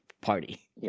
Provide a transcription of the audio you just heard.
party